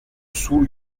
sous